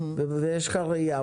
ויש לך ראייה.